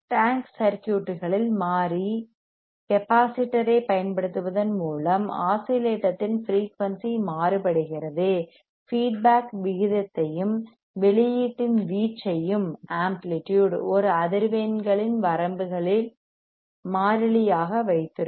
tank சர்க்யூட்களில் மாறி capacitor ஐப் பயன்படுத்துவதன் மூலம் ஆஸிலேட்டத்தின் ஃபிரீயூன்சி மாறுபடுகிறது ஃபீட்பேக் விகிதத்தையும் வெளியீட்டின் வீச்சையும் ஆம்ப்ளிடியூட் ஒரு அதிர்வெண்களின் வரம்புகளில் மாறிலி ஆக வைத்திருக்கும்